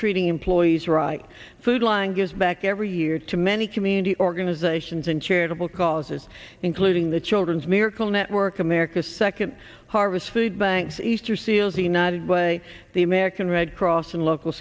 treating employees right food lying goes back every year to many community organizations and charitable causes including the children's miracle network america's second harvest food banks easter seals the united way the american red cross and local